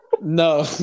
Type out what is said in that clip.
no